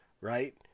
Right